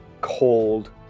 cold